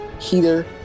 Heater